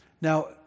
Now